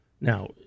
Now